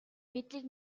мэдлэг